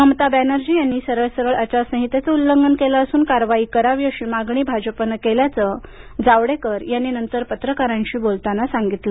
ममता बॅनर्जी यांनी सरळ सरळ आचार संहितेचे उल्लंघन केलं असून कारवाई करावी अशी मागणी भाजपनं केल्याचं जवडेकर यांनी नंतर पत्रकारांशी बोलताना सांगितलं